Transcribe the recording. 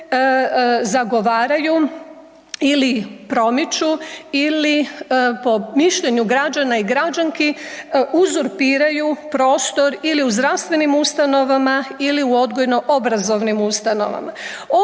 zagovaraju ili promiču ili po mišljenju građana i građanki uzurpiraju prostor ili u zdravstvenim ustanovama ili u odgojno obrazovnim ustanovama.